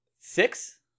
Six